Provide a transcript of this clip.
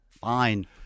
Fine